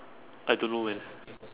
I don't know man